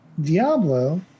Diablo